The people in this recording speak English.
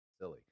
silly